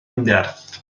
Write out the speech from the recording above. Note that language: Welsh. nerth